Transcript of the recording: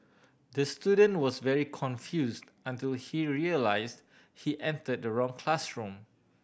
the student was very confuse until he realise he entered the wrong classroom